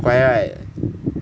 乖 right